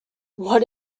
what